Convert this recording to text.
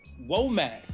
Womack